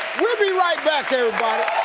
we'll be right back, everybody.